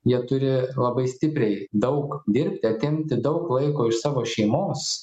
jie turi labai stipriai daug dirbti atimti daug laiko iš savo šeimos